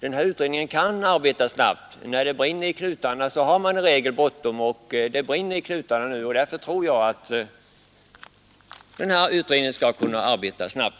den utredning reservanterna föreslår kan arbeta snabbt. När det brinner i knutarna har man i regel bråttom. Nu brinner det verkligen, och därför tror jag att utredningen skall kunna arbeta snabbt.